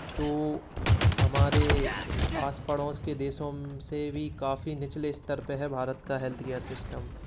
तो हमारे आस पड़ोस के देशों से भी काफ़ी निचले स्तर पर है भारत का हेल्थकेयर सिस्टम